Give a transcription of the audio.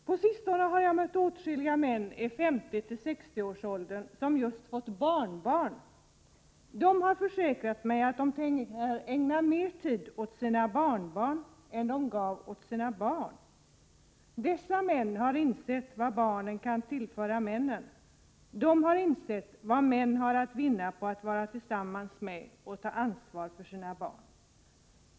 På sistone har jag mött åtskilliga män i 50—60-årsåldern som just fått barnbarn. De har försäkrat mig att de tänker ägna mer tid åt sina barnbarn än de gav sina barn. Dessa män har insett vad barnen kan tillföra männen, de har insett vad män har att vinna på att vara tillsammans med och ta ansvar för sina barn.